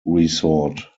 resort